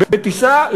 בטיסה,